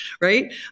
right